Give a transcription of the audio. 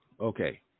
okay